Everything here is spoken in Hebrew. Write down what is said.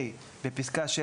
בפסקה (6),